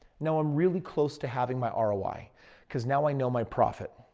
now, i'm really close to having my ah roi. because now i know my profit.